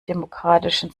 demokratischen